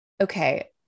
Okay